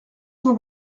cent